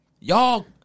y'all